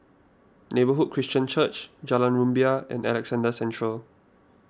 Neighbourhood Christian Church Jalan Rumbia and Alexandra Central